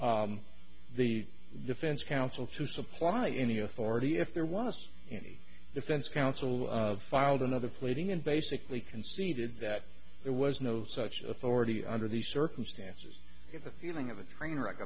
the defense counsel to supply any authority if there was any defense counsel filed another pleading and basically conceded that there was no such authority under these circumstances if a feeling of a train wreck